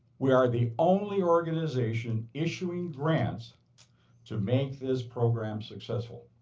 we are the only organization issuing grants to make this program successful.